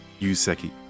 Yuseki